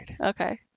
okay